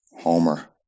Homer